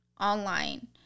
online